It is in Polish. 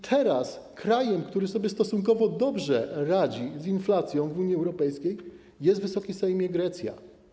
Teraz krajem, który stosunkowo dobrze radzi sobie z inflacją w Unii Europejskiej, jest, Wysoki Sejmie, Grecja.